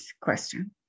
question